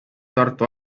tartu